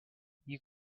you